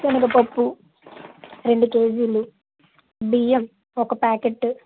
సెనగపప్పు రెండు కేజీలు బియ్యం ఒక ప్యాకెటు